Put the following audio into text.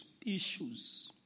issues